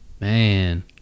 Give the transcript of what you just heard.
man